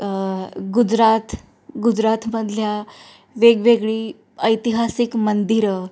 गुजरात गुजरातमधल्या वेगवेगळी ऐतिहासिक मंदिरं